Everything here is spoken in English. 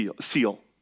seal